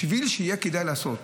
בשביל שיהיה כדאי לעשות